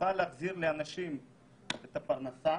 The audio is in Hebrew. ונוכל להחזיר לאנשים את הפרנסה.